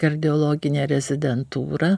kardiologinę rezidentūrą